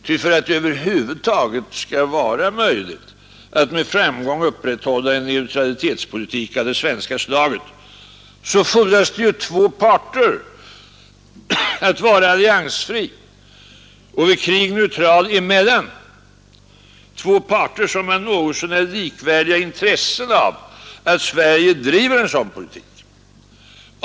Ty för att det över huvud taget skall vara möjligt att med framgång upprätthålla en neutralitetspolitik av det svenska slaget fordras två parter att vara alliansfri och i krig neutral mellan, två parter som har något så när likvärdiga intressen av att Sverige driver en sådan politik.